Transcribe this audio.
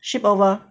ship over